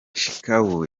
shekau